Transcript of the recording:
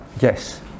Yes